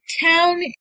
town